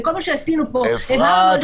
וכל מה שעשינו פה --- נראה לנו מיותר.